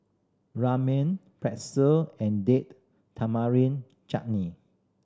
Ramen Pretzel and Date Tamarind Chutney